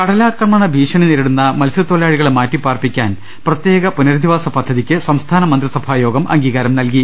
കടലാക്രമണ ഭീഷണി നേരിടുന്ന മത്സ്യത്തൊഴിലാളികളെ മാറ്റി പ്പാർപ്പിക്കാൻ പ്രത്യേക പുനരധിവാസ പദ്ധതിയ്ക്ക് സംസ്ഥാന മന്ത്രിസ ഭായോഗം അംഗീകാരം നൽകി